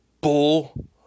bull